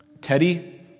Teddy